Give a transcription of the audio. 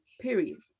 period